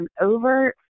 over